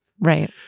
Right